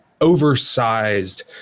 oversized